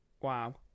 Wow